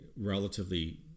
relatively